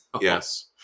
Yes